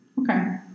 Okay